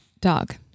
dog